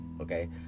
okay